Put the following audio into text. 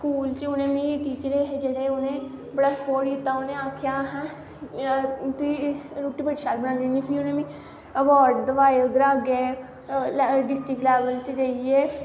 school च उ'नेंगी मिगी जेह्ड़े टीचर हे उ'नें बड़ा स्पोर्ट कीता उ'नें आखेआ अहें तुही रुट्टी बड़ी शैल बनानी होन्नी फ्ही मिगी उनें अवार्ड दोआए उद्धरा अग्गें डिस्टिक लेवल च जाइयै